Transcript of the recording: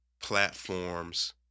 platforms